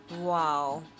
Wow